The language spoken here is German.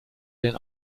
den